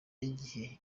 y’igihe